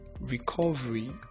recovery